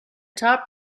top